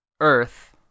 earth